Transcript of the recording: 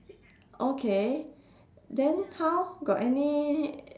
okay then how got any